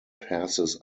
passes